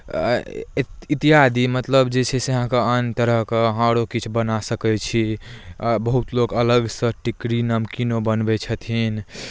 इत्यादि मतलब जे छै से अहाँके आन तरहके अहाँ आओरो किछु बनाए सकै छी बहुत लोक अलगसँ टिकड़ी नमकीनो बनबै छथिन